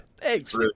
Thanks